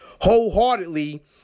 wholeheartedly